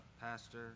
Pastor